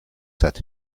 said